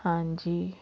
ਹਾਂਜੀ